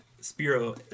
Spiro